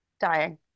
dying